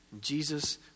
Jesus